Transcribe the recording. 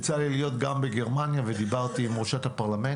יצא לי להיות גם בגרמניה ודיברתי עם ראשת הפרלמנט,